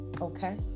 okay